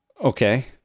Okay